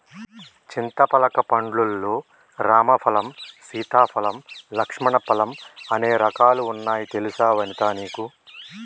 చింతపలక పండ్లు లల్లో రామ ఫలం, సీతా ఫలం, లక్ష్మణ ఫలం అనే రకాలు వున్నాయి తెలుసా వనితా నీకు